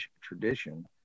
tradition